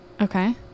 Okay